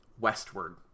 Westward